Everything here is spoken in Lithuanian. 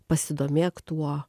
pasidomėk tuo